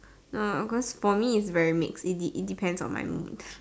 mm of course for me it's very mixed it de~ it depends on my mood